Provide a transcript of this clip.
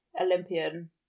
Olympian